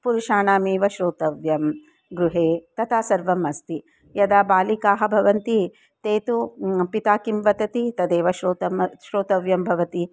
पुरुषाणामेव श्रोतव्यं गृहे तथा सर्वम् अस्ति यदा बालिकाः भवन्ति ते तु पिता किं वदति तदेव श्रोतुम् श्रोतव्यं भवति